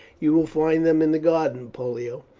you will find them in the garden, pollio.